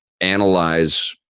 analyze